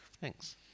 Thanks